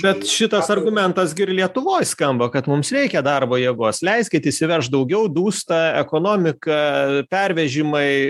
bet šitas argumentas gi ir lietuvoj skamba kad mums reikia darbo jėgos leiskit įsivežt daugiau dūsta ekonomika pervežimai